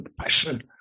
passion